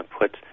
put